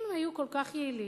אם הם היו כל כך יעילים,